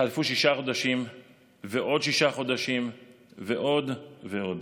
חלפו שישה חודשים ועוד שישה חודשים ועוד ועוד.